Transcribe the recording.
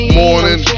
morning